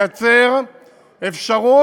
כדי לייצר אפשרות